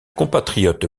compatriote